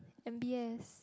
M_B_S